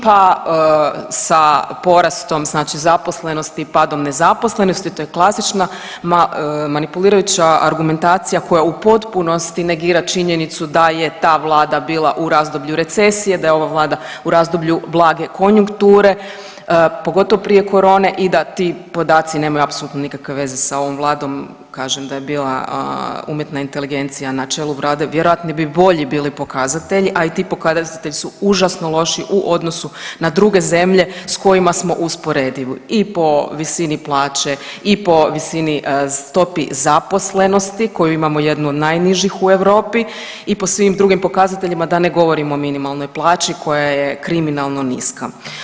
Pa sa porastom znači zaposlenosti i padom nezaposlenosti, to je klasična manipulirajuća argumentacija koja u potpunosti negira činjenicu da je ta Vlada bila u razdoblju recesije, da je ova Vlada u razdoblju blage konjunkture, pogotovo prije korone i da ti podaci nemaju apsolutno nikakve veze sa ovom Vladom, kažem, da je bila umjetna inteligencija na čelu Vlade vjerojatno bi bolji bili pokazatelji, a i ti pokazatelji su užasno loši u odnosu na druge zemlje s kojima smo usporedivi i po visini plaće i po visini, stopi zaposlenosti koju imamo jednu od najnižih u Europi i po svim drugim pokazateljima, da ne govorim o minimalnoj plaći koja je kriminalno niska.